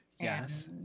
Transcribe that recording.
Yes